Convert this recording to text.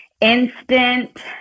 instant